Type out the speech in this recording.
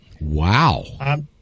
Wow